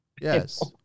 yes